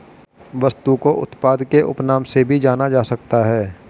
वस्तु को उत्पाद के उपनाम से भी जाना जा सकता है